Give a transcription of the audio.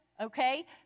okay